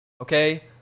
okay